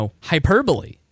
hyperbole